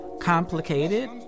Complicated